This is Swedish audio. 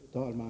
Fru talman!